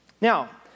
Now